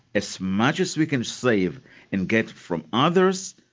as much as we can save and get from others,